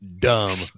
dumb